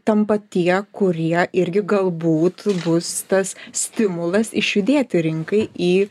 tampa tie kurie irgi galbūt bus tas stimulas išjudėti rinkai į